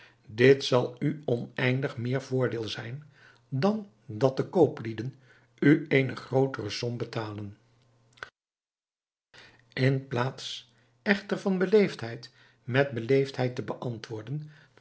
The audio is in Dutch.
dit zal u oneindig meer voordeel zijn dan dat de kooplieden u eene grootere som betalen in plaats echter van beleefdheid met beleefdheid te beantwoorden